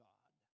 God